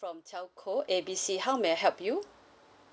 from telco A B C how may I help you